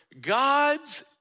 God's